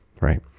Right